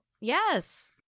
yes